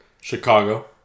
Chicago